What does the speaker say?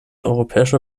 europäische